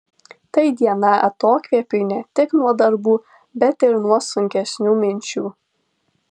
tai diena atokvėpiui ne tik nuo darbų bet ir nuo sunkesnių minčių